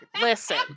listen